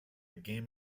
game